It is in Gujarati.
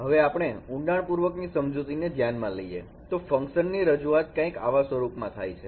હવે આપણે ઊંડાણ પૂર્વક ની રજૂઆતને ધ્યાનમાં લઈએ તો ફંકશન ની રજૂઆત કંઈક આવા સ્વરૂપમાં થાય છે